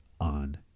On